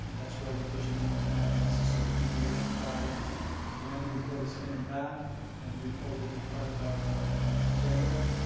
that's why we get your names and addresses, so that you'll be advised when the report is coming back and the report will be part of our agenda,